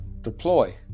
deploy